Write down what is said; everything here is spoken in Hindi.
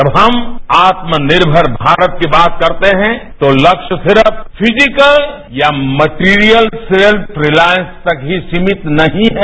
जब हम आत्मनिर्मर भारत की बात करते हैं तो लक्ष्य सिर्फ फीजिकल या मटीरियल सेल्फ रिलायंस तक ही सीमित नहीं है